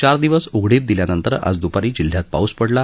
चार दिवस उघडीप दिल्यानंतर आज दुपारी जिल्ह्यात पाऊस पडला